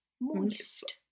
moist